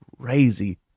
crazy